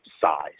size